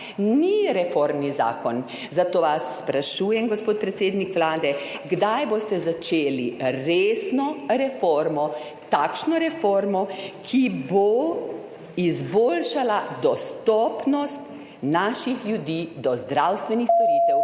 ni reformni zakon. Zato vas sprašujem, gospod predsednik Vlade: Kdaj boste začeli resno reformo, takšno reformo, ki bo izboljšala dostopnost naših ljudi do zdravstvenih storitev,